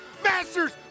Masters